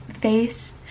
face